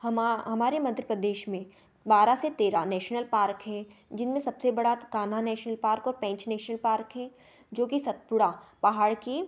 हमारे मध्य प्रदेश में बार से तेरह नेशनल पार्क हैं जिनमें सबसे बड़ा कान्हा नेशनल पार्क और पेंच नेशनल पार्क है जोकि सतपुड़ा पहाड़ के